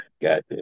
gotcha